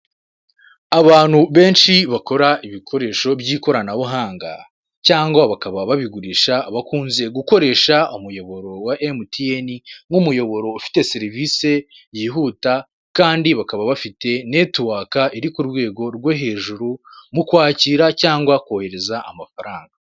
Abantu benshi bakora ibikoresho by'ikoranabuhanga cyangwa bakaba babigurisha bakunze gukoresha umuyoboro wa emutiyene nk'umuyoboro ufite serivisi yihuta kandi bakaba bafite netiwaka iri ku rwego rwo hejuru, mu kwakira cyangwa kohereza amafaranga.